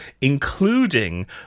including